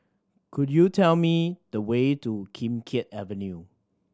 could you tell me the way to Kim Keat Avenue